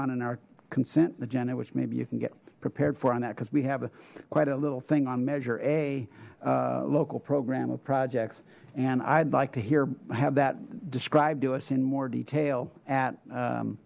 on and our consent agenda which maybe you can get prepared for on that because we have a quite a little thing on measure a local program of projects and i'd like to hear i have that described to us in more detail at